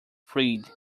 freed